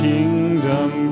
kingdom